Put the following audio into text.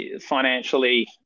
financially